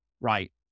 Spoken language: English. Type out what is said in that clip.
right